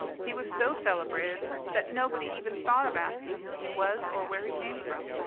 he was so celebrated that nobody even thought of asking who he was or where he came from.